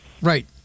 right